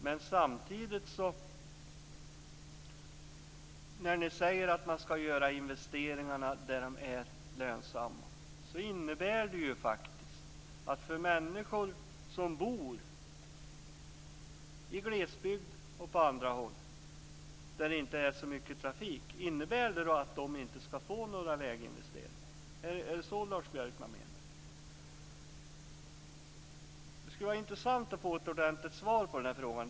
Men samtidigt säger ni att man skall göra investeringarna där de är lönsamma. Det innebär att människor i glesbygd och på andra håll där det inte är så mycket trafik inte skall få några väginvesteringar. Är det så Lars Björkman menar? Det skulle vara intressant att få ett ordentligt svar på frågan.